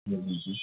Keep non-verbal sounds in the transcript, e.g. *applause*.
*unintelligible*